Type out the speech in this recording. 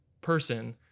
person